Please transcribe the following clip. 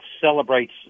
celebrates